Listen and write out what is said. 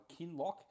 Kinlock